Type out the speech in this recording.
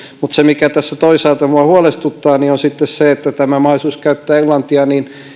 mutta se mikä tässä toisaalta minua huolestuttaa on se että tämä mahdollisuus käyttää englantia